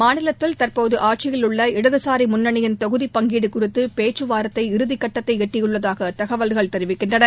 மாநிலத்தில் தற்போது ஆட்சியிலுள்ள இடதுசாரி முன்னணியின் தொகுதி பங்கீடு குறித்து பேச்சுவார்த்தை இறுதி கட்டத்தை எட்டியுள்ளதாக தகவல்கள் தெரிவிக்கின்றன